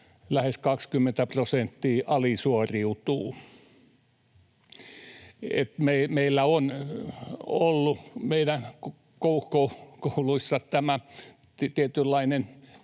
lähes 20 prosenttia alisuoriutuu. Meillä on ollut meidän kouluissa tämä tietynlainen